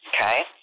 okay